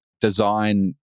design